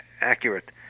accurate